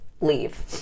leave